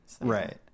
Right